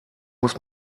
muss